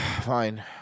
Fine